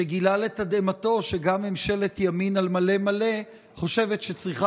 שגילה לתדהמתו שגם ממשלת ימין על מלא מלא חושבת שצריכה